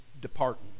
departing